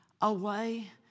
Away